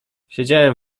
siedziałem